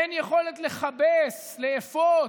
אין יכולת לכבס, לאפות,